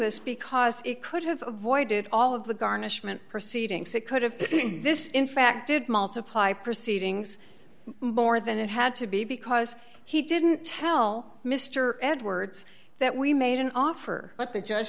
this because it could have avoided all of the garnishment proceedings that could have this in fact did multiply proceedings more than it had to be because he didn't tell mr edwards that we made an offer but the judge